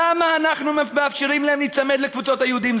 למה אנו מאפשרים להם להיצמד לקבוצות היהודים?